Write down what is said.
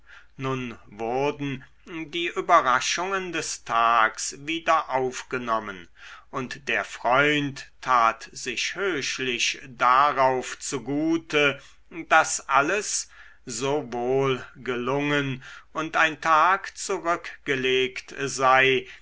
nun wurden die überraschungen des tags wieder aufgenommen und der freund tat sich höchlich darauf zugute daß alles so wohl gelungen und ein tag zurückgelegt sei